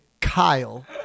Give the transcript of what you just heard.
Kyle